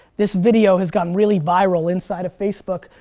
this video has gotten really viral inside of facebook,